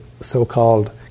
so-called